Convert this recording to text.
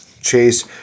Chase